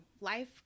Life